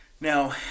now